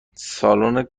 سالن